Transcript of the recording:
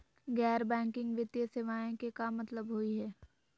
गैर बैंकिंग वित्तीय सेवाएं के का मतलब होई हे?